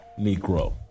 Negro